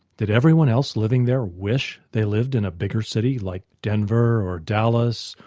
did everyone else living there wish they lived in a bigger city like denver or dallas,